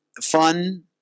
fun